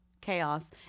chaos